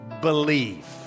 believe